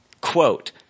Quote